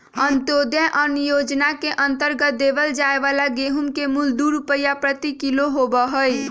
अंत्योदय अन्न योजना के अंतर्गत देवल जाये वाला गेहूं के मूल्य दु रुपीया प्रति किलो होबा हई